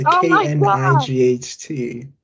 K-N-I-G-H-T